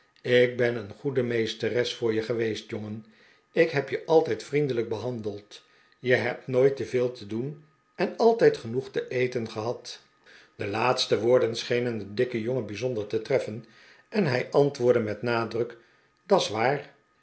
ik ben een goede meesteres voor je geweest jongen ik heb je altijd vriendelijk behandeld je hebt nooit te veel te doen en altijd genoeg te eten gehad de laatste woorden schenen den dikken jongen bijzonder te treffen en hij antwoordde met nadruk da's waar